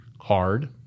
hard